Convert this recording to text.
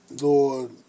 Lord